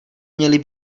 měly